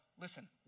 listen